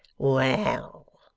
well,